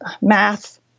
math